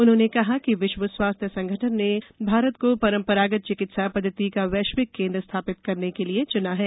उन्होंने कहा कि विश्व स्वास्थ्य संगठन ने भारत को परंपरागत चिकित्सा पद्वति का वैश्विक केंद्र स्थापित करने को लिए चुना है